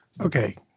Okay